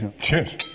Cheers